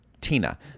Tina